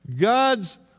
God's